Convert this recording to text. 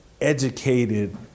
educated